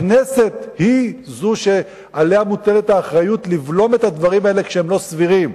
על הכנסת מוטלת האחריות לבלום את הדברים האלה כשהם לא סבירים.